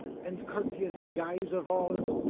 and courteous guise of all!